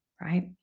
Right